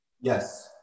Yes